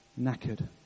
knackered